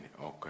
Okay